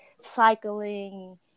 cycling